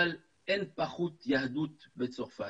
אבל אין פחות יהדות בצרפת,